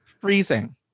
freezing